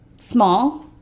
small